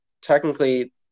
technically